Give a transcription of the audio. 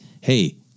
hey